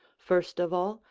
first of all,